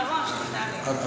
קיבלת את השאילתה מראש, נפתלי.